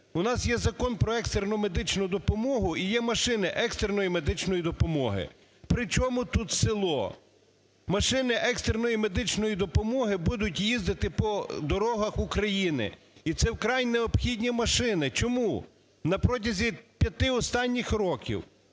У нас є Закон "Про екстрену медичну допомогу" і є машини екстреної медичної допомоги. При чому тут село? Машини екстреної медичної допомоги будуть їздити по дорогах України і це вкрай необхідні машини. Чому? На протязі 5 останніх років